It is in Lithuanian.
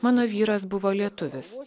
mano vyras buvo lietuvis